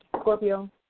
Scorpio